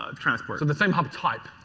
um transport. so, the same hub type.